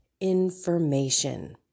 information